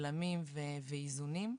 בלמים ואיזונים,